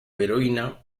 heroína